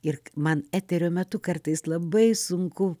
ir man eterio metu kartais labai sunku